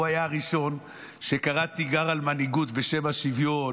הוא היה הראשון שקרא תיגר על מנהיגות בשם השוויון